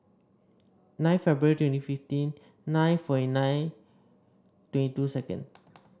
nine February twenty fifteen nine forty nine twenty two second